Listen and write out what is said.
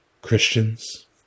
Christians